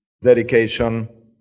dedication